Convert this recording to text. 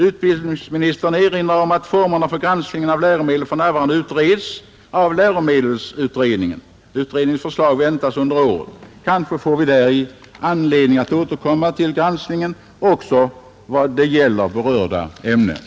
Utbildningsministern erinrar om att formerna för granskningen av läromedel för närvarande utreds av läromedelsutredningen, vars förslag väntas under året. Kanske får vi därigenom anledning att återkomma till granskningen också vad gäller det här berörda ämnet.